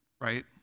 right